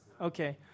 Okay